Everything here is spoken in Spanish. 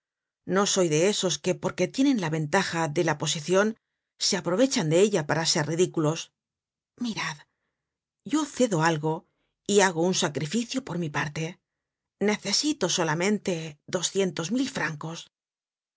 no soy de esos que porque tienen la ventaja de la posicion se aprovechan de ella para ser ridículos mirad yo cedo algo y hago un sacrificio por mi parte necesito solamente doscientos mil francos